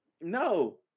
no